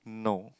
no